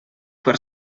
per